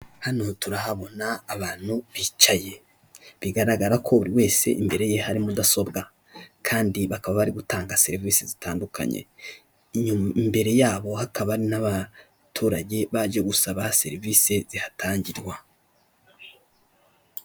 Hano turahabona abantu bicaye, bigaragara ko buri wese imbere ye hari mudasobwa kandi bakaba bari gutanga serivisi zitandukanye, imbere yabo hakaba n'abaturage baje gusaba serivise zihatangirwa.